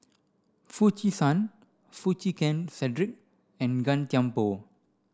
Foo Chee San Foo Chee Keng Cedric and Gan Thiam Poh